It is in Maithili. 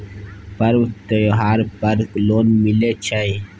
पर्व त्योहार पर लोन मिले छै?